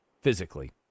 physically